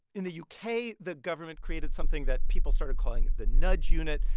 in the u k, the government created something that people started calling the nudge unit,